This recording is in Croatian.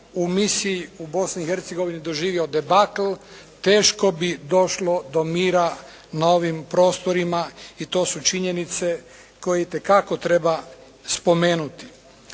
i Hercegovini doživio debakl teško bi došlo do mira na ovim prostorima i to su činjenice koje itekako treba spomenuti.